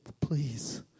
please